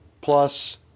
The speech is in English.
plus